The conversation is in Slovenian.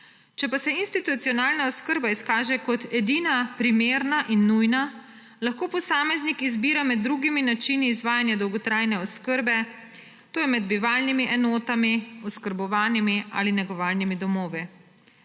Če pa se institucionalna oskrba izkaže kot edina primerna in nujna, lahko posameznik izbira med drugimi načini izvajanja dolgotrajne oskrbe, to je med bivalnimi enotami, oskrbovanimi ali negovalnimi domovi,